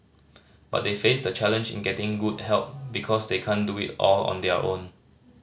but they face the challenge in getting good help because they can't do it all on their own